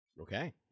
okay